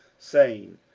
saying,